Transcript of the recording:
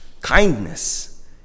kindness